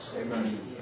Amen